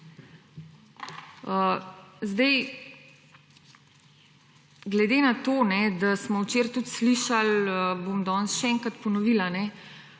Sedaj glede na to, da smo včeraj tudi slišali bom danes še enkrat ponovila